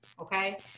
okay